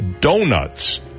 donuts